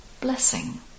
Blessing